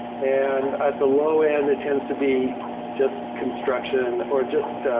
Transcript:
and at the low end, it tends to be just construction, or just,